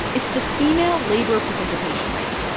it's the female labor participation rate.